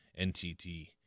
NTT